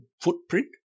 footprint